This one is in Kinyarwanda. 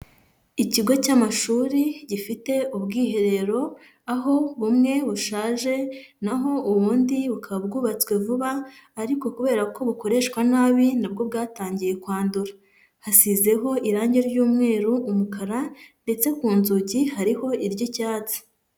Ikigo cy'amashuri gifite ubwiherero, aho bumwe bushaje na ho ubundi bukaba bwubatswe vuba ariko kubera ko bukoreshwa nabi na bwo bwatangiye kwandura, hasizeho irangi ry'umweru, umukara ndetse ku nzugi hariho iry'icyatsi.